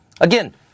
Again